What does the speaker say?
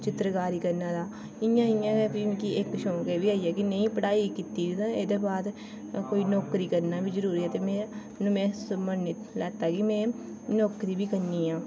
चित्रकारी करने दा इ'यां इ'यां गै मिगी इक शौक एह् बी आई गेआ कि में पढ़ाई कीती ते एह् दे बाद कोई नौकरी करना बी जरूरी ऐ सो में मन्नी लैता कि में नौकरी बी करनी ऐ